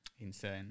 Insane